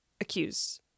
accused